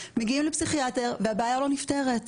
מגיעים לפסיכיאטר והבעיה לא נפתרת.